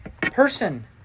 person